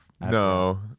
No